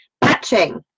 batching